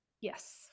Yes